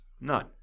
none